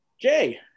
Jay